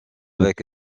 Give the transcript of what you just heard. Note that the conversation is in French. avec